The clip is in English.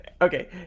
Okay